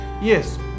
Yes